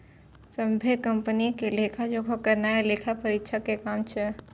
सभ्भे कंपनी के लेखा जोखा करनाय लेखा परीक्षक के काम छै